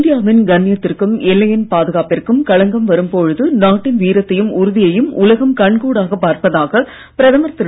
இந்தியாவின் கண்ணியத்திற்கும் எல்லையின் பாதுகாப்பிற்கும் களங்கம் வரும் பொழுது நாட்டின் வீரத்தையும் உறுதியையும் உலகம் கண்கூடாக பார்ப்பதாக பிரதமர் திரு